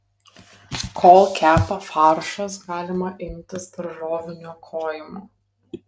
kol kepa faršas galima imtis daržovių niokojimo